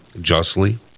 justly